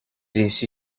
essi